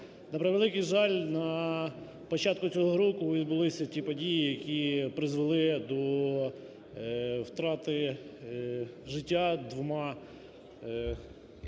На превеликий жаль, на початку цього року відбулися ті події, які призвели до втрати життя двома